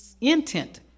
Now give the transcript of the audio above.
intent